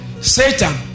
Satan